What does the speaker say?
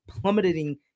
plummeting